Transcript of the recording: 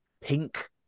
pink